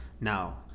now